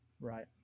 right